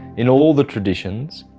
in all the traditions,